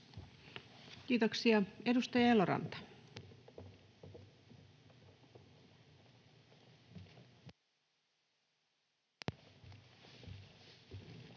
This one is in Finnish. Kiitoksia. — Edustaja Eloranta. [Speech